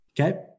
Okay